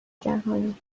جهانی